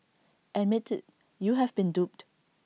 admit IT you have been duped